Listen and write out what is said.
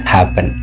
Happen